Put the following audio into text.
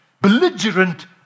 belligerent